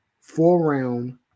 four-round